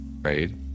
right